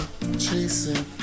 chasing